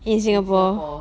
in singapore